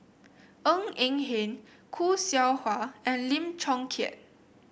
Ng Eng Hen Khoo Seow Hwa and Lim Chong Keat